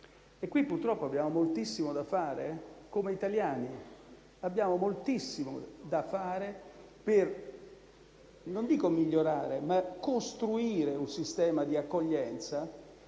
Qui, purtroppo, abbiamo moltissimo da fare. Come italiani abbiamo moltissimo da fare, non per migliorare, ma per costruire un sistema di accoglienza